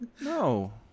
No